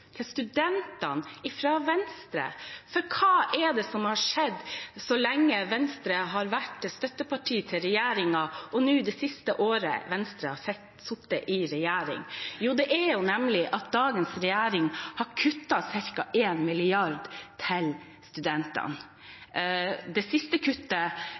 til studentene fra Venstre, for hva er det som har skjedd så lenge Venstre har vært støtteparti for regjeringen og nå det siste året har sittet i regjering? Jo, det er at dagens regjering har kuttet ca. 1 mrd. til studentene. Det siste kuttet